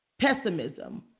pessimism